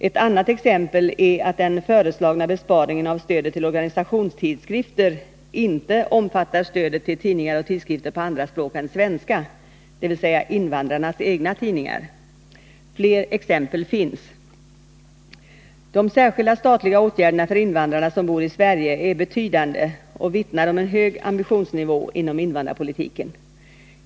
Ett annat exempel är att den föreslagna besparingen av stödet till organisationstidskrifter inte omfattar stödet till tidningar och tidskrifter på andra språk än svenska, dvs. invandrarnas egna tidningar. Fler exempel finns. De särskilda statliga åtgärderna för invandrare som bor i Sverige är betydande och vittnar om en hög ambitionsnivå inom invandrarpolitiken.